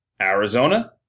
Arizona